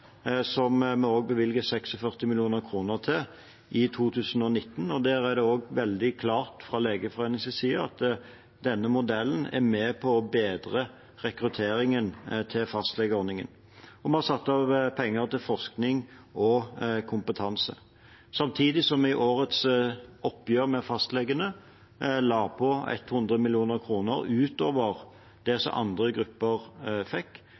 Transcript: som vi også bevilger 46 mill. kr til i 2019. Legeforeningen er veldig klar på at denne modellen er med på å bedre rekrutteringen til fastlegeordningen. Vi har satt av penger til forskning og kompetanse, samtidig som vi i årets oppgjør med fastlegene la på 100 mill. kr utover det som andre grupper fikk,